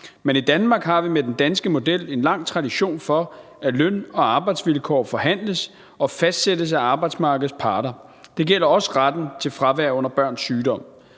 Men i Danmark har vi med den danske model en lang tradition for, at løn- og arbejdsvilkår forhandles og fastsættes af arbejdsmarkedets parter. Det gælder også retten til fravær under børns sygdom.